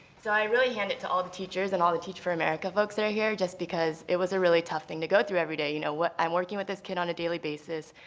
so i really hand it to all the teachers and all the teach for america folks that are here just because it was a really tough thing to go through everyday. you know, i'm working with this kid on a daily basis.